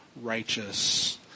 righteous